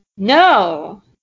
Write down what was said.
No